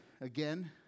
Again